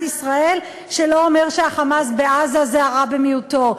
ישראל שלא אומר שה"חמאס" בעזה זה הרע במיעוטו.